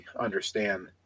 understand